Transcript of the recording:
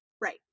right